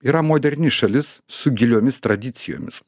yra moderni šalis su giliomis tradicijomis